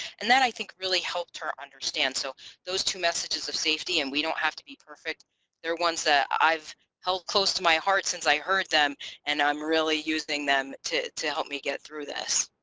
and then i think really helped her understand so those two messages of safety and we don't have to be perfect they're ones that i've held close to my heart since i heard them and i'm really using them to to help me get through this.